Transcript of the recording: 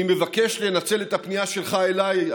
אני מבקש לנצל את הפנייה שלך אליי,